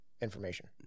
information